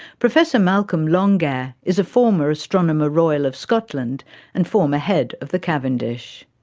professor malcolm longair is a former astronomer royal of scotland and former head of the cavendish.